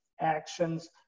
actions